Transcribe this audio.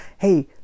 Hey